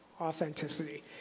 authenticity